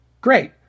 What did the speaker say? great